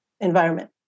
environment